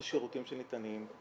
את השירותים שניתנים,